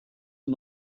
are